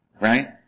right